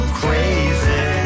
crazy